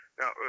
Now